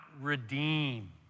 redeem